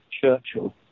Churchill